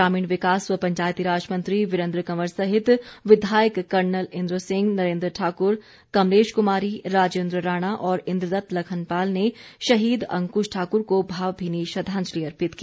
ग्रामीण विकास व पंचायती राज मंत्री वीरेन्द्र कवर सहित विधायक कर्नल इन्द्र सिंह नरेन्द्र ठाकुर कमलेश कुमारी राजेन्द्र राणा और इन्द्रदत लखनपाल ने शहीद अंकुश ठाकुर को भावभीनी श्रद्वांजलि अर्पित की